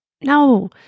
No